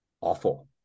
awful